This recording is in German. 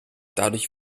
dadurch